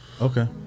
Okay